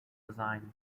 design